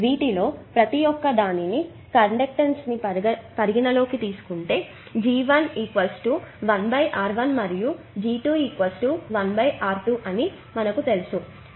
వీటిలో ప్రతి ఒక్కదాని కండక్టెన్స్ ని పరిగణనలోకి తీసుకుంటే G1 1R1 మరియు G2 1 R2 అని మనకు తెలుసు